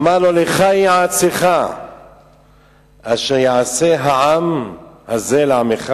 אמר לו: לכה איעצך אשר יעשה העם הזה לעמך